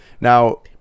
Now